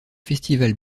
festivals